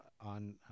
on